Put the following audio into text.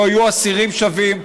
לא יהיו אסירים שווים.